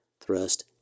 thrust